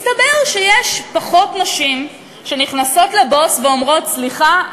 מסתבר שיש פחות נשים שנכנסות לבוס ואומרות: סליחה,